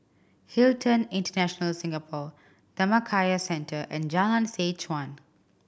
Hilton International Singapore Dhammakaya Centre and Jalan Seh Chuan